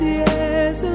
yes